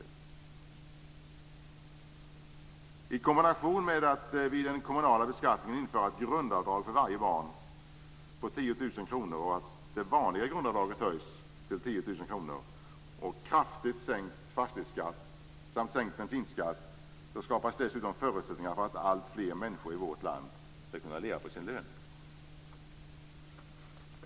Genom en kombination av att vid den kommunala beskattningen införa ett grundavdrag för varje barn på 10 000 kr, en höjning av det vanliga grundavdraget till 10 000 kr, kraftigt sänkt fastighetsskatt samt sänkt bensinskatt skapas dessutom förutsättningar för att alltfler människor i vårt land skall kunna leva på sin lön.